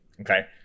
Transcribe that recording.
Okay